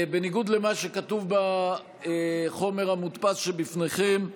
בניגוד למה שכתוב בחומר המודפס שבפניכם,